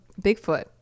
Bigfoot